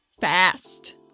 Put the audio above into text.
Fast